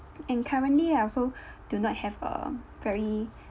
and currently I also do not have a very